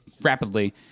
rapidly